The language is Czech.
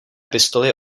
pistoli